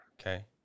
Okay